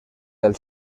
del